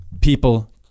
people